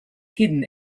hidden